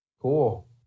Cool